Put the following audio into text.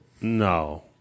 No